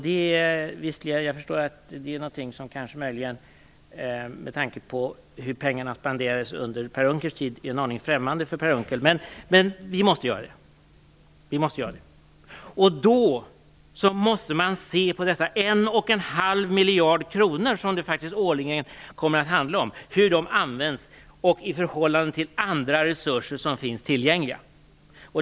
Det är någonting som med tanke på hur pengarna spenderades under Per Unckels tid kan vara en aning främmande för Per Unckel, men vi måste göra det. Då måste man se på hur de en och halv miljard kronor som det årligen kommer att handla om kommer att användas i förhållande till andra resurser som finns tillgängliga.